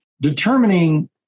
determining